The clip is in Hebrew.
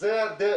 כבר מעכשיו.